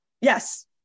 Yes